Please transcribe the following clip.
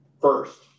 First